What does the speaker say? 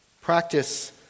practice